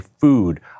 food